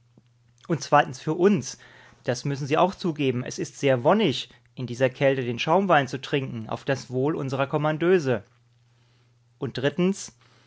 und zweitens für uns das müssen sie auch zugeben es ist sehr wonnig in dieser kälte den schaumwein zu trinken auf das wohl unserer kommandeuse und drittens